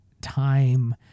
time